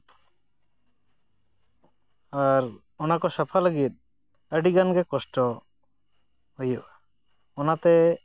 ᱟᱨ ᱚᱱᱟ ᱠᱚ ᱥᱟᱯᱷᱟ ᱞᱟᱹᱜᱤᱫ ᱟᱹᱰᱤᱜᱟᱱ ᱜᱮ ᱠᱚᱥᱴᱚ ᱦᱩᱭᱩᱜᱼᱟ ᱚᱱᱟᱛᱮ